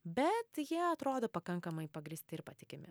bet jie atrodo pakankamai pagrįsti ir patikimi